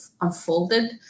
unfolded